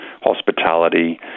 hospitality